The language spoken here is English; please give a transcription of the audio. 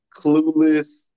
clueless